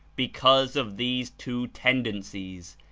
because of these two tendencies,